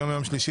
היום יום שלישי,